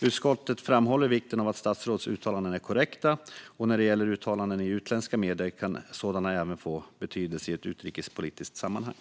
Utskottet framhåller vikten av att statsråds uttalanden är korrekta. När det gäller uttalanden i utländska medier kan sådana få betydelse även i ett utrikespolitiskt sammanhang.